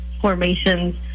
formations